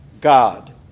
God